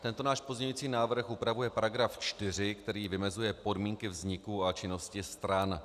Tento náš pozměňující návrh upravuje § 4, který vymezuje podmínky vzniku a činnosti stran.